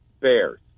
Bears